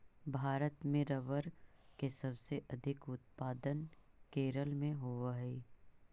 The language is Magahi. भारत में रबर के सबसे अधिक उत्पादन केरल में होवऽ हइ